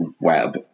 web